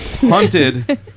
hunted